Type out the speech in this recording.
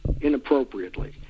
inappropriately